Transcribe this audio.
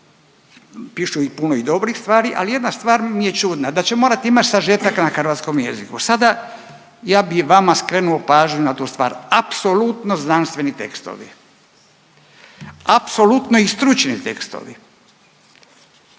pišu puno i dobrih stvari, ali jedna stvar mi je čudna da će morat imati sažetak na hrvatskom jeziku. Sada je bi vama skrenuo pažnju na tu stvar, apsolutno znanstveni tekstovi, apsolutno i stručni tekstovi,